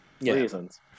reasons